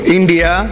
India